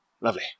Lovely